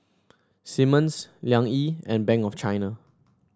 Simmons Liang Yi and Bank of China